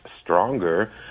stronger